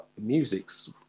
music's